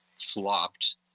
flopped